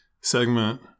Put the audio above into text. segment